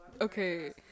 okay